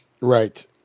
Right